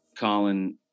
Colin